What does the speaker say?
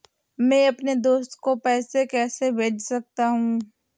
मैं अपने दोस्त को पैसे कैसे भेज सकता हूँ?